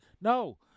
no